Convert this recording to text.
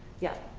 yeah?